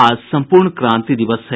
आज संपूर्ण क्रांति दिवस है